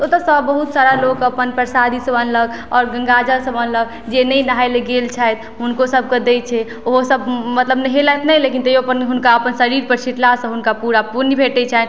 तऽ ओतोऽ बहुत सारा लोक अपन प्रसादी सब अनलक आओर गंगाजल सब अनलक जे नहि नहाय लए गेल छथि हुनको सबके दै छै ओहो सब मतलब नहेलथि नहि लेकिन तैयौ अपन हुनका शरीरपर छिटलासँ हुनका पूरा पुण्य भेटय छन्हि